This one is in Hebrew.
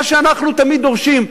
מה שאנחנו תמיד דורשים,